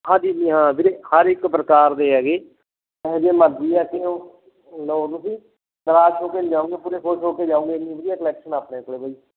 ਹਾਂਜੀ ਜੀ ਹਾਂ ਵੀਰੇ ਹਰ ਇੱਕ ਪ੍ਰਕਾਰ ਦੇ ਹੈਗੇ ਕਿਹੋ ਜਿਹੇ ਮਰਜ਼ੀ ਲੈ ਕੇ ਆਓ ਲਉ ਤੁਸੀਂ ਨਿਰਾਸ਼ ਹੋ ਕੇ ਨਹੀਂ ਜਾਊਗੇ ਪੂਰੇ ਖੁਸ਼ ਹੋ ਕੇ ਜਾਊਗੇ ਇੰਨੀ ਵਧੀਆ ਕੁਲੈਕਸ਼ਨ ਆ ਆਪਣੇ ਕੋਲ ਬਾਈ